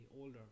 older